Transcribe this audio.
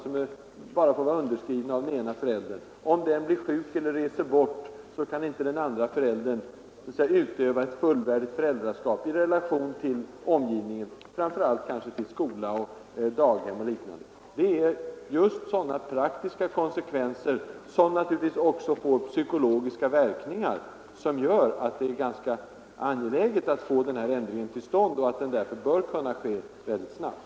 Om den förälder som får skriva under är sjuk eller bortrest, kan inte den andra föräldern utöva ett fullvärdigt föräldraskap i relation till omgivningen, framför allt inte till skola, daghem och liknande. Just sådana praktiska konsekvenser, vilka också får psykologiska verkningar, gör det angeläget att få denna ändring till stånd snabbt.